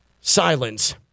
Silence